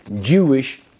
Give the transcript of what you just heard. Jewish